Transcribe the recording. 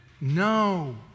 No